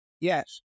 Yes